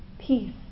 Peace